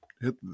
hit